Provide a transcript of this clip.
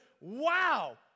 wow